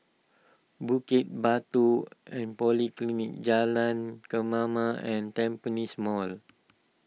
Bukit Batok and Polyclinic Jalan Kemaman and Tampines Mall